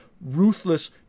ruthless